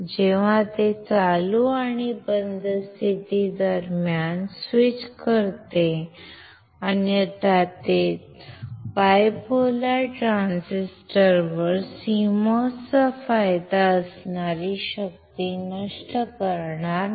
जेव्हा ते चालू आणि बंद स्थिती दरम्यान स्विच करते अन्यथा ते द्विध्रुवीय ट्रान्झिस्टरवर CMOS चा फायदा असणारी शक्ती नष्ट करणार नाही